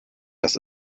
das